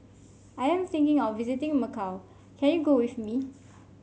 I am thinking of visiting Macau can you go with me